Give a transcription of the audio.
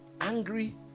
angry